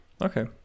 Okay